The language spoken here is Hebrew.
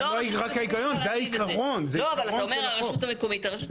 זה לא הרשות המקומית צריכה לעשות את זה.